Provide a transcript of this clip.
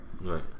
right